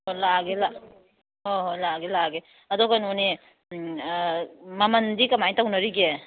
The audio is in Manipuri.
ꯂꯥꯛꯑꯒꯦ ꯍꯣꯏ ꯍꯣꯏ ꯂꯥꯛꯑꯒꯦ ꯂꯥꯛꯑꯒꯦ ꯑꯗꯣ ꯀꯩꯅꯣꯅꯦ ꯃꯃꯜꯗꯤ ꯀꯃꯥꯏ ꯇꯧꯅꯔꯤꯒꯦ